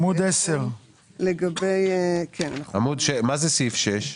סעיף 6. עמוד 10. מה זה סעיף 6?